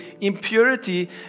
impurity